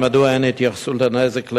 2. מדוע אין התייחסות לנזק לילדים: